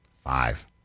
Five